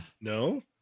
No